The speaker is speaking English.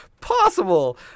Possible